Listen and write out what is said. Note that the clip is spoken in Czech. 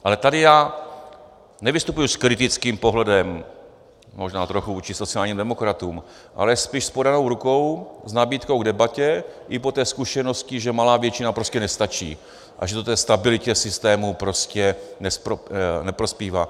Ale tady já nevystupuji s kritickým pohledem, možná trochu vůči sociálním demokratům, ale spíš s podanou rukou, s nabídkou k debatě i po té zkušenosti, že malá většina prostě nestačí a že to té stabilitě systému prostě neprospívá.